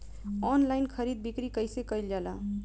Online खरीद बिक्री कइसे कइल जाला?